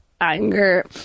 anger